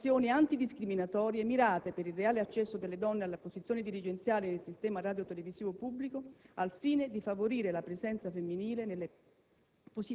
con azioni antidiscriminatorie mirate, per il reale accesso delle donne alle posizioni dirigenziali nel sistema radiotelevisivo pubblico al fine di favorire la presenza femminile nelle